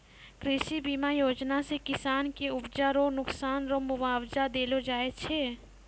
कृषि बीमा योजना से किसान के उपजा रो नुकसान रो मुआबजा देलो जाय छै